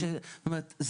זאת אומרת,